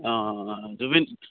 অঁ তুমি